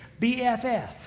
BFF